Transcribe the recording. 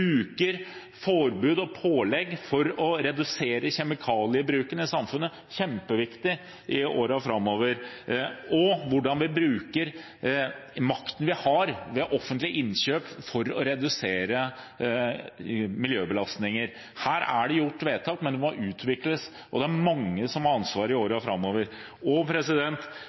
bruker forbud og pålegg på for å redusere kjemikaliebruken i samfunnet blir kjempeviktig i årene framover – og hvordan vi bruker makten vi har via offentlige innkjøp, for å redusere miljøbelastninger. Her er det gjort vedtak, men det må utvikles, og det er mange som har ansvar i årene framover.